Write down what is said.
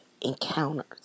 encounters